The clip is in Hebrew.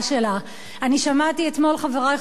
אני שמעתי אתמול, חברי חברי הכנסת,